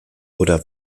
oder